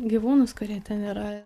gyvūnus kurie ten yra